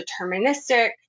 deterministic